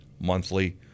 monthly